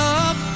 up